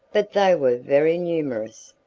but they were very numerous,